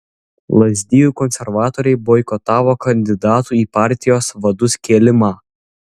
lazdijų konservatoriai boikotavo kandidatų į partijos vadus kėlimą